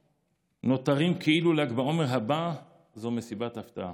נותרים כאילו ל"ג בעומר הבא זה מסיבת הפתעה.